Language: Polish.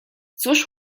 cóż